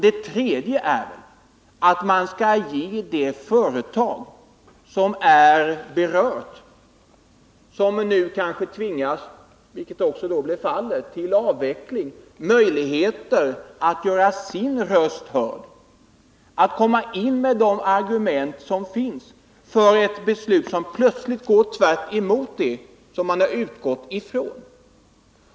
Det tredje är att man skall ge det företag som är berört och som kanske tvingas till avveckling, vilket också blev fallet, möjlighet att göra sin röst hörd. Här fattades plötsligt ett beslut som gick tvärt emot det man hade utgått ifrån.